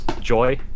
Joy